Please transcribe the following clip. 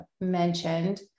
mentioned